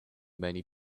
many